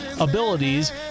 abilities